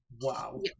wow